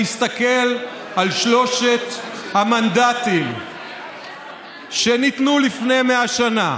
נסתכל על שלושת המנדטים שניתנו לפני 100 שנה: